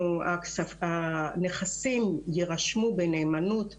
הנכסים יירשמו בנאמנות בבוני,